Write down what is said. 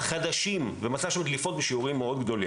אני אסיים בזה.